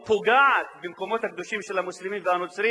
פוגעת במקומות הקדושים של המוסלמים והנוצרים,